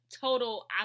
total